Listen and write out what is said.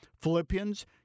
Philippians